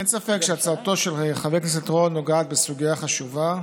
אין ספק שהצעתו של חבר הכנסת רול נוגעת בסוגיה חשובה,